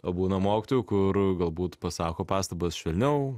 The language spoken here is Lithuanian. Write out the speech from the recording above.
o būna mokytojų kur galbūt pasako pastabas švelniau